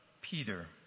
Peter